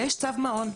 ויש צו מעון.